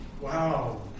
wow